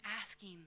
asking